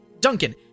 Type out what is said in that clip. Duncan